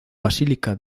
basílica